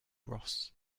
ross